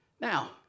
Now